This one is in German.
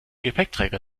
gepäckträger